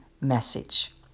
message